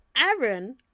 Aaron